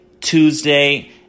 Tuesday